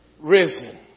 risen